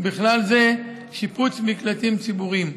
ובכלל זה שיפוץ מקלטים ציבוריים.